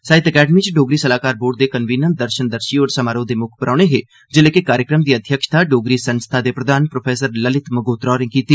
साहित्य अकैंडमी च डोबरी सलाह्कार बोर्ड दे कनवीनर दर्शन दर्शी होर समारोह् दे मुक्ख परौह्ने हे जिल्लै के कार्यक्रम दी अध्यक्षता डोगरी संस्था दे प्रधान प्रो ललित मंगोत्रा होरें कीती